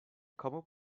kamu